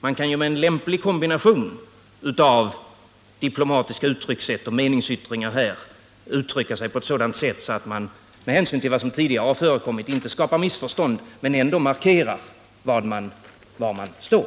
Man kan således genom en lämplig kombination av diplomatiska uttryckssätt och meningsyttringar, men utan att med hänsyn till vad som tidigare har förekommit skapa missförstånd, ändå markera var man står.